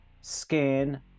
scan